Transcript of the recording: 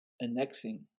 annexing